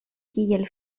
kiel